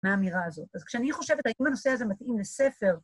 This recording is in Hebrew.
‫מהאמירה הזאת. אז כשאני חושבת ‫האם הנושא הזה מתאים לספר...